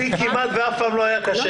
לי כמעט זה אף פעם לא היה קשה.